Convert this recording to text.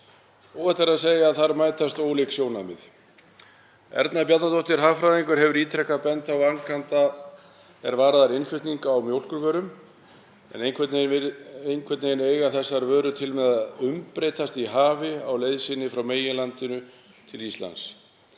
Óhætt er að segja að þar mætist ólík sjónarmið. Erna Bjarnadóttir hagfræðingur hefur ítrekað bent á vankanta er varða innflutning á mjólkurvörum en einhvern veginn eiga þessar vörur til með að umbreytast í hafi á leið sinni frá meginlandinu til Íslands.